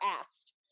asked